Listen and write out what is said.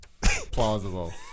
plausible